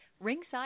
ringside